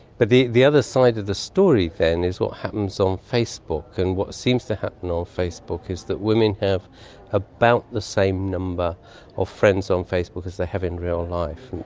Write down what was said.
but the the other side of the story then is what happens on um facebook, and what seems to happen on facebook is that women have about the same number of friends on facebook as they have in real life,